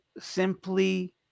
simply